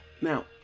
Now